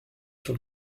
sur